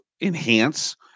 enhance